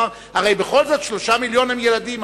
הוא אמר: הרי בכל זאת, 3 מיליון הם ילדים.